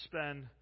spend